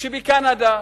שבקנדה,